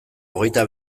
hogeita